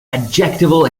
adjectival